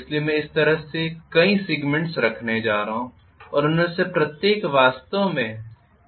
इसलिए मैं इस तरह से कई सेगमेंट्स रखने जा रहा हूं और उनमें से प्रत्येक वास्तव में माइका के द्वारा इन्सुलेटेड है